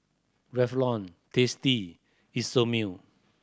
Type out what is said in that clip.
Revlon Tasty Isomil